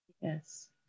Yes